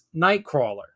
Nightcrawler